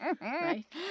Right